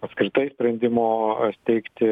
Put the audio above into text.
apskritai sprendimo steigti